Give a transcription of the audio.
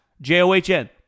J-O-H-N